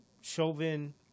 Chauvin